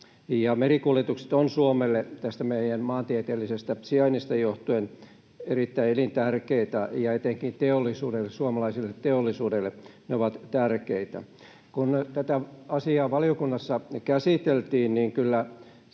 merikuljetukset ovat Suomelle tästä meidän maantieteellisestä sijainnistamme johtuen erittäin elintärkeitä, ja etenkin suomalaiselle teollisuudelle ne ovat tärkeitä. Kun tätä asiaa valiokunnassa käsiteltiin,